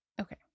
Okay